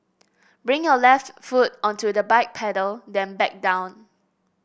bring your left foot onto the bike pedal then back down